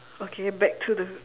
okay back to the